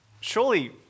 surely